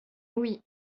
oui